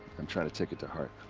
i'm trying to take it to heart.